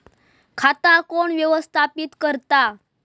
खाता कोण व्यवस्थापित करता?